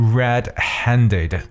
red-handed